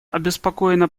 обеспокоена